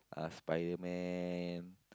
uh Spider-Man